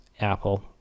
Apple